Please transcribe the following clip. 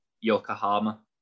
Yokohama